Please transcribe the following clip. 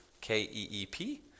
K-E-E-P